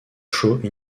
show